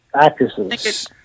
actresses